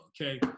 okay